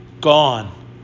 gone